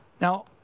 Now